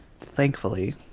thankfully